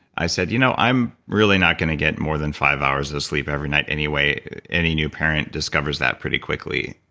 i said, you know, i'm really not going to get more than five hours of sleep every night anyway. any new parent discovers that pretty quickly.